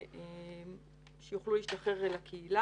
שיוכלו להשתחרר לקהילה.